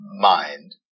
mind